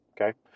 Okay